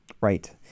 right